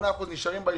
98% נשארים בישוב.